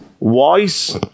voice